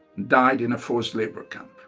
died in a forced labor camp